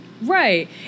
Right